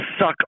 suck